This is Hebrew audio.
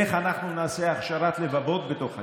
איך אנחנו נעשה הכשרת לבבות בתוך הקהילה.